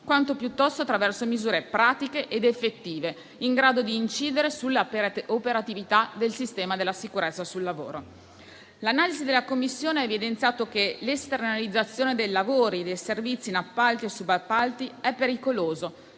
ma soprattutto attraverso misure pratiche ed effettive in grado di incidere sull'operatività del sistema della sicurezza sul lavoro. L'analisi della Commissione ha evidenziato che l'esternalizzazione dei lavori e dei servizi in appalti o subappalti è pericolosa,